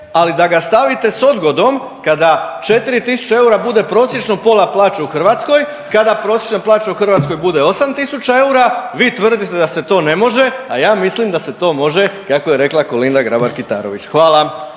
ali da ga stavite s odgodom kada 4.000 eura bude prosječno pola plaće u Hrvatskoj, kada prosječna plaća u Hrvatskoj bude 8.000 eura. Vi tvrdite da se to ne može, a ja mislim da se to može kako je rekla Kolinda Grabar Kitarović. Hvala.